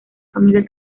familia